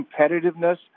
competitiveness